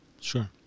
sure